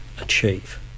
achieve